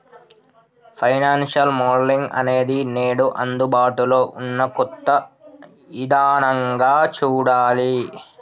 financial modelling అనేది నేడు అందుబాటులో ఉన్న కొత్త ఇదానంగా చూడాలి